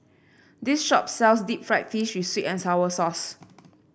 this shop sells Deep Fried Fish with sweet and sour sauce